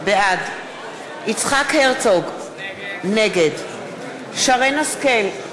בעד יצחק הרצוג, נגד שרן השכל,